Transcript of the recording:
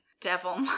devil